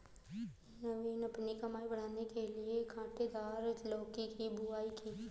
नवीन अपनी कमाई बढ़ाने के लिए कांटेदार लौकी की बुवाई की